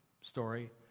story